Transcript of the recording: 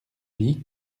vit